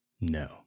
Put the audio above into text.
no